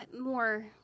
more